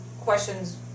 questions